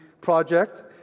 project